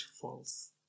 false